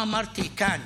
למה שאמרתי כאן,